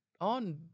on